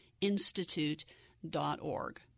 Institute.org